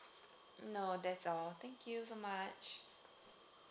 no that's all thank you so much